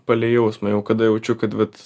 palei jausmą jau kada jaučiu kad vat